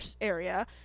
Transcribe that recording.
area